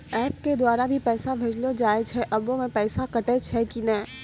App के द्वारा भी पैसा भेजलो जाय छै आबै मे पैसा कटैय छै कि नैय?